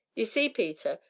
ye see, peter,